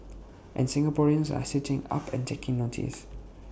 and Singaporeans are sitting up and taking notice